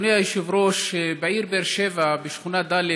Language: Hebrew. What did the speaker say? אדוני היושב-ראש, בעיר באר שבע, בשכונה ד',